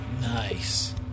Nice